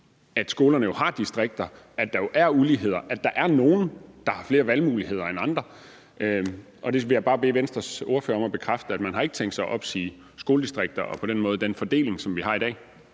at skolerne jo har distrikter, at der er uligheder, og at der er nogle, der har flere valgmuligheder end andre. Der vil jeg bare bede Venstres ordfører om at bekræfte, at man ikke har tænkt sig at afvikle skoledistrikter og den fordeling, som vi har i dag.